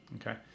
okay